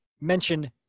mention